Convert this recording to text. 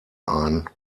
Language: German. ein